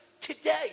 today